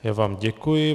Já vám děkuji.